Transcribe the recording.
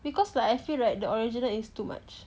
because like I feel like the original is too much